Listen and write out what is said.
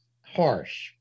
harsh